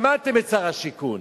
שמעתם את שר השיכון,